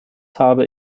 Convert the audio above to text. habe